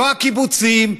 לא הקיבוצים,